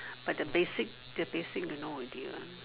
but the basic the basic you know already what